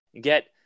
get